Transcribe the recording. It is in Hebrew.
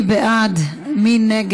אדוני.